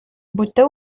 будьте